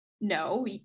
no